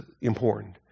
important